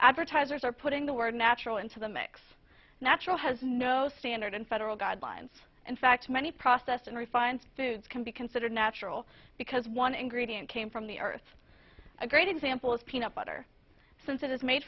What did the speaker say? advertisers are putting the word natural into the mix natural has no standard federal guidelines in fact many processed and refined foods can be considered natural because one ingredient came from the earth a great example of peanut butter since it is made